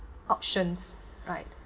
options right